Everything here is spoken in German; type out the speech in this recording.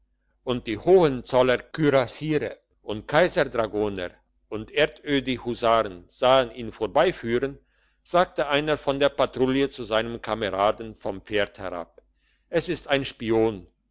und die hohenzollerer kürassiere und kaiser dragoner und erdödi husaren sahen ihn vorbeiführen sagte einer von der patrouille seinem kameraden vom pferd herab es ist ein spion